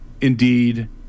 indeed